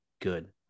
good